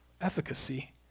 efficacy